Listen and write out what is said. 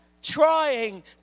Trying